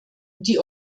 die